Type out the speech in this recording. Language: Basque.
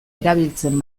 erabiltzen